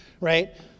Right